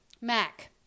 mac